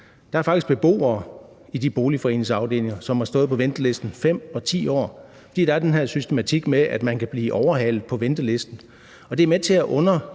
Der er faktisk beboere i de boligforeningsafdelinger, som har stået på ventelisten 5 og 10 år, fordi der er den her systematik med, at man kan blive overhalet på ventelisten. Det er med til at undergrave